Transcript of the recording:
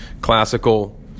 classical